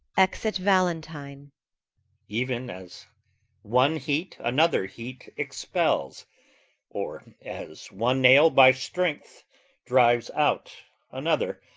exit valentine even as one heat another heat expels or as one nail by strength drives out another,